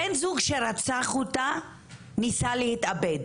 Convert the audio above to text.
הבן זוג שרצח אותה ניסה להתאבד.